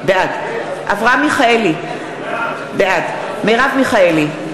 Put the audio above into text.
בעד אברהם מיכאלי, בעד מרב מיכאלי,